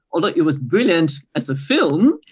although it was brilliant as a film,